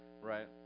right